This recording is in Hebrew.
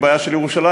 בעיה של ירושלים,